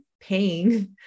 paying